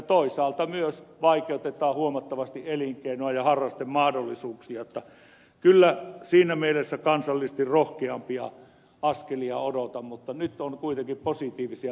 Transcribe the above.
toisaalta myös vaikeutetaan huomattavasti elinkeinoa ja harrastemahdollisuuksia niin että kyllä siinä mielessä kansallisesti rohkeampia askelia odotan mutta nyt on kuitenkin positiivisia merkkejä siitä